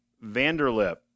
Vanderlip